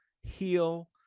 heal